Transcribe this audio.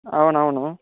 అవును అవును